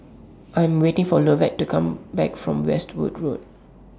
I'm waiting For Lovett to Come Back from Westwood Road